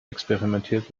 experimentiert